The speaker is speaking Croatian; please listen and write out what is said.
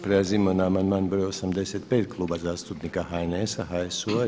Prelazimo na amandman broj 85 Kluba zastupnika HNS-a, HSU-a.